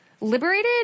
Liberated